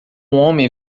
homem